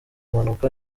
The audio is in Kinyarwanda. impanuka